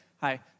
hi